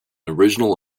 original